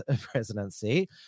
presidency